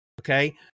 okay